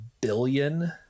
billion